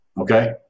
okay